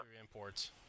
imports